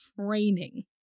training